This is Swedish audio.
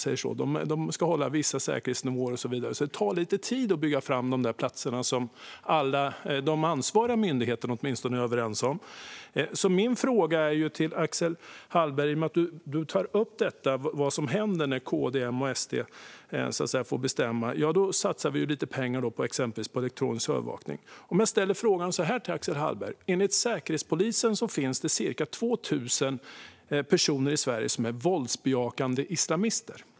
De ska hålla vissa säkerhetsnivåer och så vidare. Det tar lite tid att bygga fram de där platserna, som åtminstone alla de ansvariga myndigheterna är överens om. Axel Hallberg tar upp vad som händer när KD, M och SD får bestämma. Då satsar vi ju pengar på exempelvis elektronisk övervakning. Jag vill ställa en fråga till Axel Hallberg. Enligt Säkerhetspolisen finns det cirka 2 000 personer i Sverige som är våldsbejakande islamister.